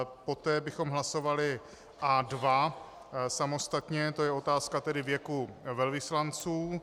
Poté bychom hlasovali A2 samostatně, to je otázka tedy věku velvyslanců.